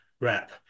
wrap